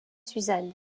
suzanne